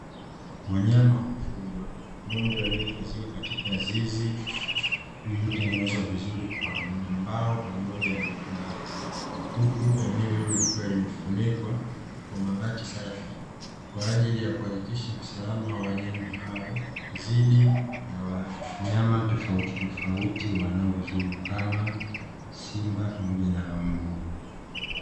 Wanyama wa kufugwa. Ng’ombe waliohifadhiwa katika zizi lililotengenezwa vizuri kwa mbao pamoja na mabanzi, huku eneo hilo likiwa limefunikwa kwa mabati safi kwa ajili ya kuhakikisha usalama wa wanyama hao dhidi ya wanyama tofautitofauti wanaodhuru kama simba pamoja na mbwa.